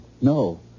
No